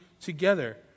together